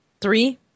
Three